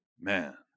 man